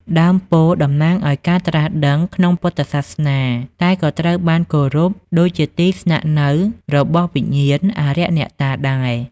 ដើមពោធិ៍តំណាងឱ្យការត្រាស់ដឹងក្នុងពុទ្ធសាសនា តែក៏ត្រូវបានគោរពដូចជាទីស្នាក់នៅរបស់វិញ្ញាណ អារក្សអ្នកតាដែរ។